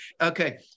Okay